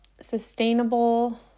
sustainable